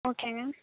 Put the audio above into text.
ஓகேங்க